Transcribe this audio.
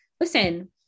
listen